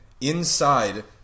inside